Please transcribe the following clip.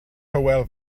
hywel